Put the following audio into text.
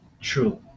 True